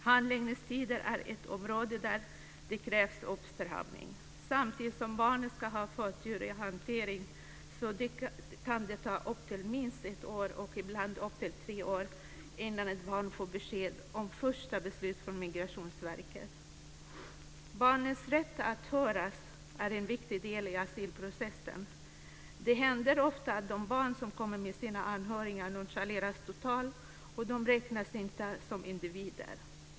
Handläggningstider är ett område där det krävs uppstramning. Samtidigt som barnen ska ha förtur i hanteringen kan det ta minst ett år, ibland upp till tre år, innan ett barn får besked om ett första beslut från Barnens rätt att höras är en viktig del i asylprocessen. Det händer ofta att de barn som kommer med sina anhöriga nonchaleras totalt och inte räknas som individer.